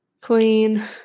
clean